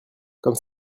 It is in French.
comme